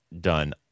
done